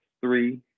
three